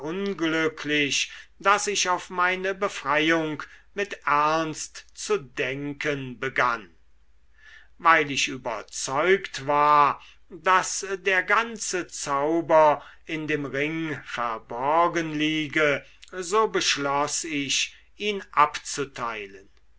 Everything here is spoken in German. daß ich auf meine befreiung im ernst zu denken begann weil ich überzeugt war daß der ganze zauber in dem ring verborgen liege so beschloß ich ihn abzufeilen